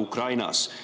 Ukrainas.